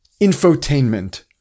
infotainment